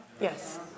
Yes